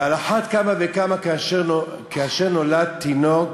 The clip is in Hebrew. ועל אחת כמה וכמה כאשר נולד תינוק